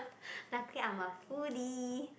lucky I'm a foodie